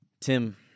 Tim